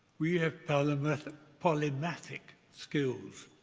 we have polymathic polymathic skills.